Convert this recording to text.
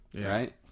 right